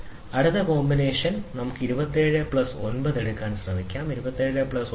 അടുത്ത കോമ്പിനേഷൻ 33 ആണ് നമുക്ക് 27 ° പ്ലസ് 9 ആയി എടുക്കാൻ ശ്രമിക്കാം 27 ° പ്ലസ് 9 36 ആണ്